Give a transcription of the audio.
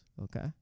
Okay